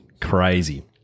Crazy